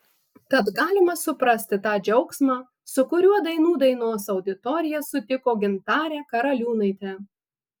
tad galima suprasti tą džiaugsmą su kuriuo dainų dainos auditorija sutiko gintarę karaliūnaitę